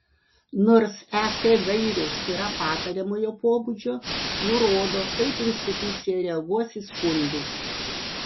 nors ek gairės tėra patariamojo pobūdžio nurodo kaip institucija reaguos į skundus